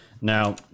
Now